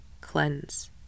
cleanse